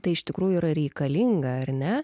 tai iš tikrųjų yra reikalinga ar ne